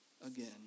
again